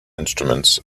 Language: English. instruments